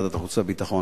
בוועדת החוץ והביטחון.